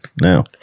now